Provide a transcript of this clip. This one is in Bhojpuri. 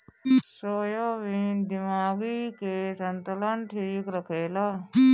सोयाबीन दिमागी के संतुलन ठीक रखेला